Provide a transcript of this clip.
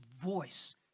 voice